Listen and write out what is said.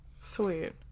sweet